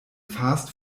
fast